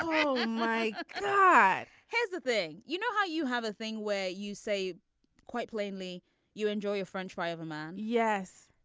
oh my my. ah here's the thing you know how you have a thing where you say quite plainly you enjoy a french fry of a man. yes.